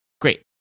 great